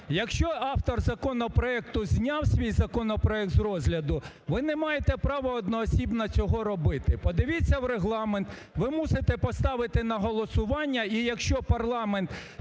якщо автор законопроекту зняв свій законопроект з розгляду, ви не маєте права одноосібно цього робити. Подивіться в Регламент, ви мусите поставити на голосування і, якщо парламент